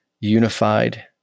unified